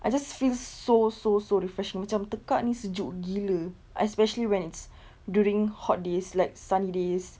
I just feel so so so refreshed macam tekak ini sejuk gila especially when it's during hot days like sunny days